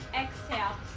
exhale